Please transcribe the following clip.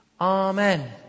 Amen